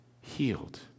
healed